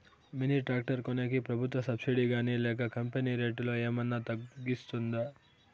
Mini tractor కొనేకి ప్రభుత్వ subsidy గాని లేక కంపెని రేటులో ఏమన్నా తగ్గిస్తుందా?